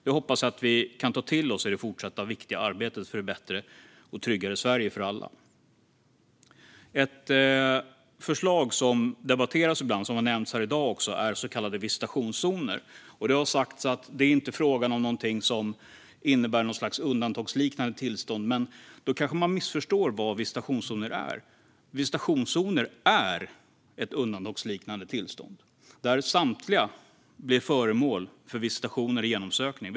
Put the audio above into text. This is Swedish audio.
Det hoppas jag att vi kan ta till oss i det fortsatta viktiga arbetet för ett bättre och tryggare Sverige för alla. Ett förslag som har nämnts här i dag gäller så kallade visitationszoner. Det har sagts att det inte är frågan om något som innebär något slags undantagsliknande tillstånd. Då kanske man missförstår vad visitationszoner är. Visitationszoner är ett undantagsliknande tillstånd där alla blir föremål för visitation eller genomsökning.